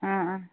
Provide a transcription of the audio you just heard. ꯑꯥ ꯑꯥ